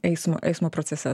eismo eismo procese